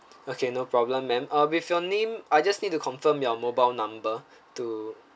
okay no problem ma'am uh with your name I just need to confirm your mobile number to